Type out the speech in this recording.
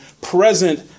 present